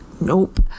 nope